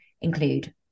include